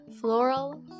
Floral